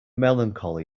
melancholy